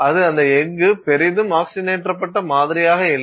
அது இருந்த எஃகு பெரிதும் ஆக்ஸிஜனேற்றப்பட்ட மாதிரியாக இல்லை